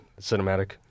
cinematic